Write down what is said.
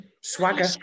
Swagger